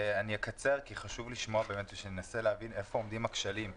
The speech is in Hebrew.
אני אקצר כי חשוב לשמוע איפה עומדים הכשלים.